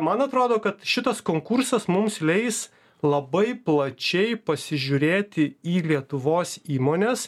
man atrodo kad šitas konkursas mums leis labai plačiai pasižiūrėti į lietuvos įmones